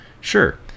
Sure